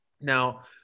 Now